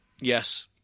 Yes